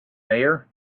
mayor